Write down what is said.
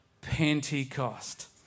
Pentecost